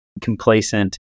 complacent